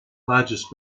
largest